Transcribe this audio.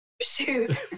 shoes